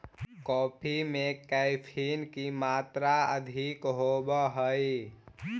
coffee में caffeine की मात्रा अधिक होवअ हई